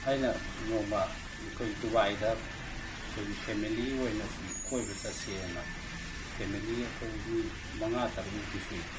ꯑꯩꯅ ꯅꯣꯡꯃ ꯑꯩꯈꯣꯏ ꯗꯨꯕꯥꯏꯗ ꯑꯩꯈꯣꯏꯒꯤ ꯐꯦꯃꯤꯂꯤ ꯑꯣꯏꯅ ꯁꯨꯝ ꯀꯣꯏꯕ ꯆꯠꯁꯦꯅ ꯐꯦꯃꯤꯂꯤ ꯑꯩꯈꯣꯏ ꯃꯤ ꯃꯉꯥ ꯇꯔꯨꯛꯃꯨꯛꯇꯤ ꯁꯨꯏ